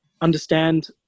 understand